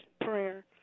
prayer